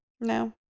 no